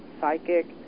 psychic